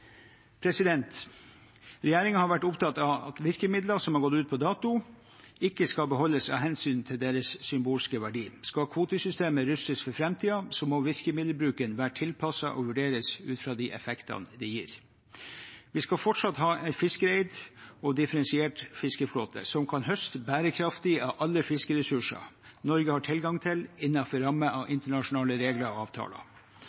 har vært opptatt av at virkemidler som har gått ut på dato, ikke skal beholdes av hensyn til deres symbolske verdi. Skal kvotesystemet rustes for framtiden, må virkemiddelbruken være tilpasset og vurderes ut fra de effektene den gir. Vi skal fortsatt ha en fiskereid og differensiert fiskeflåte som kan høste bærekraftig av alle fiskeressurser Norge har tilgang til innenfor rammen av